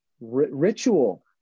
ritual